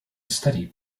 study